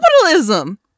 capitalism